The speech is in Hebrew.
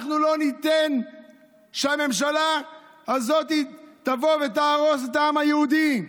אנחנו לא ניתן שהממשלה הזאת תבוא ותהרוס את העם היהודי.